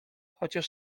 chociaż